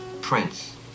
Prince